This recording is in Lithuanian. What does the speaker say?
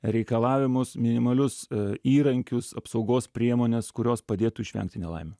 reikalavimus minimalius įrankius apsaugos priemones kurios padėtų išvengti nelaimių